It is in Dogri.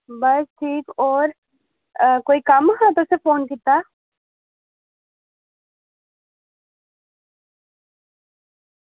बस ठीक होर कोई कम्म हा तुसें फोन कीता